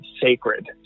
sacred